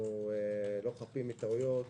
אנחנו לא חפים מטעויות.